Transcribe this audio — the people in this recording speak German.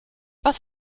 was